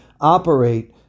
operate